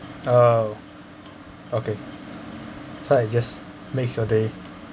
oh okay so I just makes your day